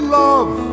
love